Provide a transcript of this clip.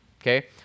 Okay